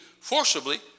forcibly